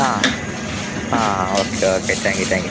ആ ah okay okay thank you thank you